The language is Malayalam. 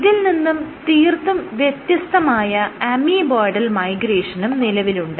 ഇതിൽ നിന്നും തീർത്തും വ്യത്യസ്തമായ അമീബോയ്ഡൽ മൈഗ്രേഷനും നിലവിലുണ്ട്